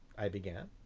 i began.